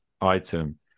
item